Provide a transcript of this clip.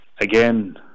again